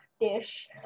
dish